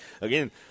Again